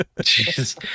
Jesus